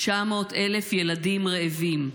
900,000 ילדים רעבים.